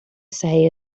say